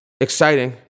exciting